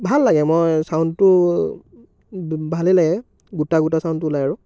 ভাল লাগে মই চাউণ্ডটো ভালে লাগে গোটা গোটা চাউণ্ডটো ওলায় আৰু